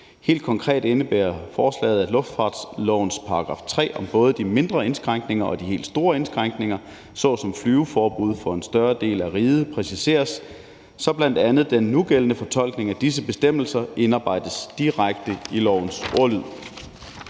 Helt konkret indebærer forslaget, at luftfartslovens § 3 om både de mindre indskrænkninger og de helt store indskrænkninger såsom flyveforbud for en større del af riget præciseres, så bl.a. den nugældende fortolkning af disse bestemmelser indarbejdes direkte i lovens ordlyd.